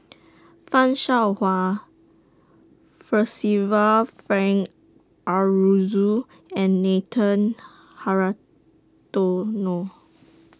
fan Shao Hua Percival Frank Aroozoo and Nathan Hratono